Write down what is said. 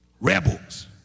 rebels